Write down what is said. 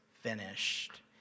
finished